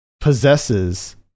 possesses